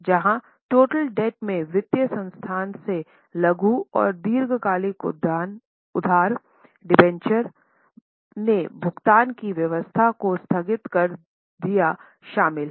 जहाँ टोटल डेब्ट में वित्तीय संस्थान से लघु और दीर्घकालिक उधार डिबेंचर बांड ने भुगतान की व्यवस्था को स्थगित कर दिया शामिल हैं